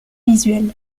visuels